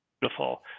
beautiful